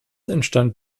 entstand